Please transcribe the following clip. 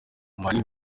marie